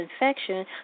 infection